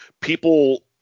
People